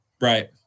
right